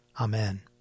Amen